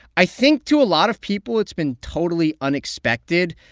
i think to a lot of people, it's been totally unexpected,